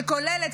שכוללת,